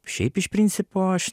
šiaip iš principo aš